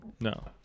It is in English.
No